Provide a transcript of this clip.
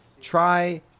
Try